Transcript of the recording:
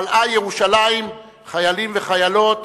מלאה ירושלים חיילים וחיילות,